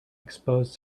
expose